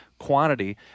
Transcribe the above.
Quantity